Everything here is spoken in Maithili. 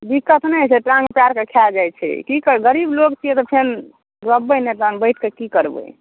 दिक़्क़त नहि होइत छै टाङ्ग पैरके खाय जाइत छै की करबै गरीब लोक छियै तऽ फेन रोपबै नहि तऽ बैठिके की करबै